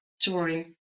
touring